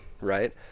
right